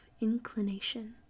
inclination